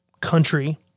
country